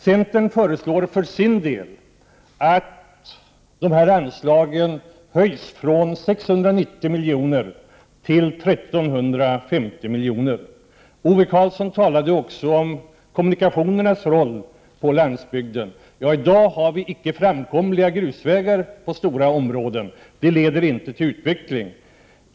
Centern föreslår för sin del att anslaget höjs från 690 miljoner till 1 350 miljoner. Ove Karlsson talade också om kommunikationernas roll på landsbygden. I dag har vi icke framkomliga grusvägar i stora områden. Det leder inte till utveckling.